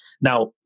Now